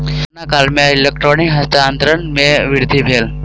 corona काल में electronic हस्तांतरण में वृद्धि भेल